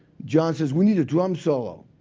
john says, we need a drum solo.